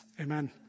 amen